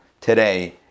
today